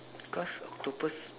cause octopus